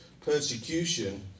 persecution